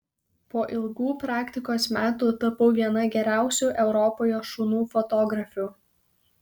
po ilgų praktikos metų tapau viena geriausių europoje šunų fotografių